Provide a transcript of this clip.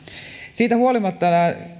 siitä huolimatta nämä